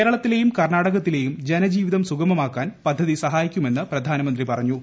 കേരളത്തിലെയും കർണാടകത്തിലെയും ജനജീവിതം സുഗമമാക്കാൻ പദ്ധതി സഹായിക്കുമെന്ന് പ്രധാനമന്ത്രി പറഞ്ഞു